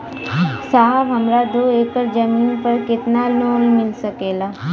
साहब हमरे दो एकड़ जमीन पर कितनालोन मिल सकेला?